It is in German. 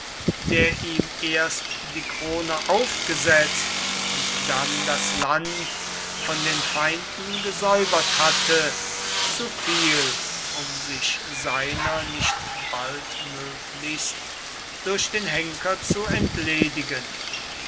der ihm erst die krone aufgesetzt und dann das land von den feinden gesäubert hatte zu viel um sich seiner nicht baldmöglichst durch den henker zu entledigen